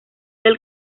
del